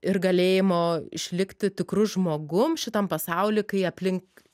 ir galėjimo išlikti tikru žmogum šitam pasauly kai aplink